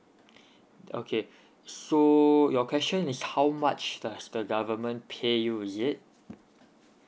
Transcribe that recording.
okay so your question is how much does the government pay you is it